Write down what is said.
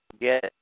get